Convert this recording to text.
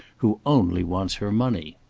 who only wants her money.